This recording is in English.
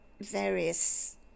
various